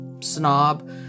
snob